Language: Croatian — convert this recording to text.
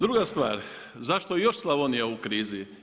Druga stvar, zašto je još Slavonija u krizi.